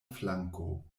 flanko